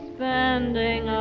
Spending